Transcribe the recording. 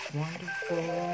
wonderful